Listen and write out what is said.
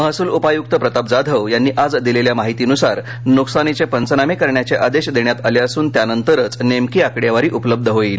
महसूल उपायुक्त प्रताप जाधव यांनी आज दिलेल्या माहितीनुसार नुकसानीचे पंचनामे करण्याचे आदेश देण्यात आले असून त्यानंतरच नेमकी आकडेवारी उपलब्ध होईल